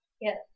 yes